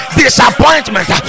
disappointment